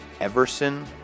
Everson